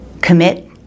commit